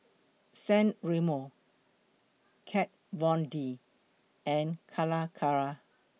San Remo Kat Von D and Calacara